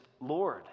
Lord